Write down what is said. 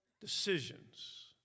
decisions